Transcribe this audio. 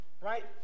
right